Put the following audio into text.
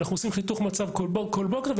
אנחנו עושים חיתוך מצב כל בוקר,